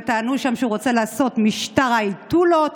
וטענו שם שהוא רוצה לעשות משטר אייתולות.